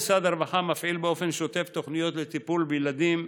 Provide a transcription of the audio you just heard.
משרד הרווחה מפעיל באופן שוטף תוכניות לטיפול בילדים,